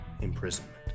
imprisonment